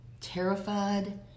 terrified